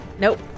Nope